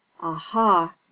Aha